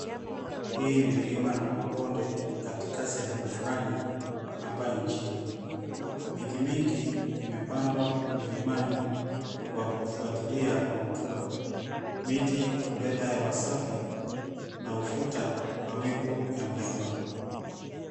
Hii ni milima na mabonde katika sehemu fulani hapa nchini. Miti mingi imepandwa milimani kwa kufuatilia contour miti huleta hewa safi na huvuta mawingu ya mvua.